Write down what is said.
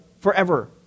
Forever